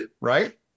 right